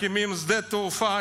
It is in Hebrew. שדה תעופה,